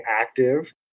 active